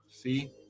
See